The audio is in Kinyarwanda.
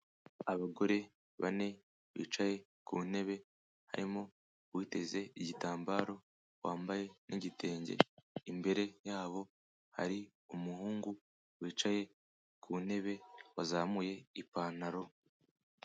Abagore bane bicaye ku ntebe, harimo uwiteze igitambaro wambaye n'igitenge, imbere yabo hari umuhungu wicaye ku ntebe wazamuye ipantaro.